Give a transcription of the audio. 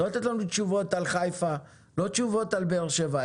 חיפה ובאר שבע.